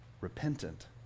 repentant